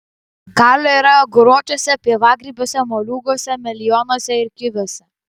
kalio yra aguročiuose pievagrybiuose moliūguose melionuose ir kiviuose